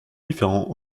différent